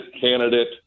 candidate